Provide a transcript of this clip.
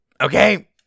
okay